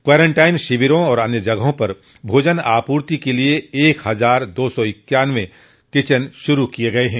quarantine शिविरों तथा अन्य जगहों पर भोजन आपूर्ति के लिये एक हजार दो सौ इक्यानवे किचंन शुरू किये गये हैं